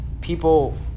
people